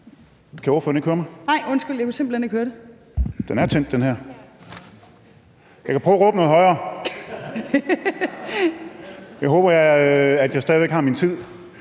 (Sophie Løhde (V): Nej, undskyld, jeg kunne simpelt hen ikke høre det.) Den er tændt, den her mikrofon. Jeg kan prøve at råbe noget højere! Jeg håber, at jeg stadig har min